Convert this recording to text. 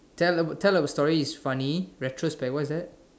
tell a tell a story is funny retrospect what is that